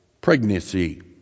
pregnancy